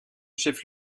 chef